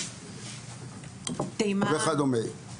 תימן וכדומה.